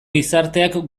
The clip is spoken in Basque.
gizarteak